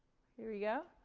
here we go.